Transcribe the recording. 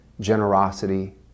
generosity